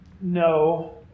no